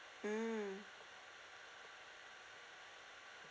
mm